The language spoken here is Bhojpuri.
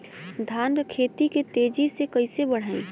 धान क खेती के तेजी से कइसे बढ़ाई?